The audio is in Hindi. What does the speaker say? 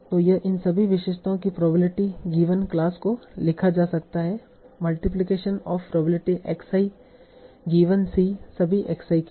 तो यह इन सभी विशेषताओं की प्रोबेबिलिटी गिवन क्लास को लिखा जा सकता है multiplication of probability x i given c सभी x i के लिए